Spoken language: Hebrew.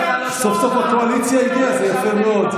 סוף-סוף הקואליציה הגיעה, זה יפה מאוד.